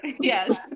Yes